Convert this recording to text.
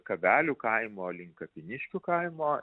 kabelių kaimo link kapiniškių kaimo